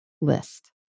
list